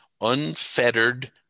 unfettered